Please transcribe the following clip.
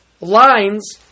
lines